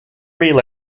real